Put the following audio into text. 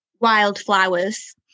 wildflowers